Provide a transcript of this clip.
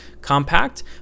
compact